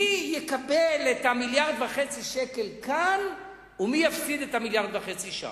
מי יקבל את המיליארד וחצי שקל כאן ומי יפסיד את המיליארד וחצי שם?